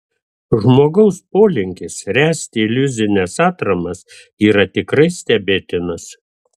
žmogaus polinkis ręsti iliuzines atramas yra tikrai stebėtinas